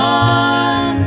on